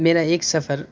میرا ایک سفر